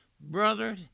Brother